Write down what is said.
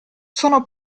sono